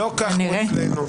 לא כך קורה אצלנו,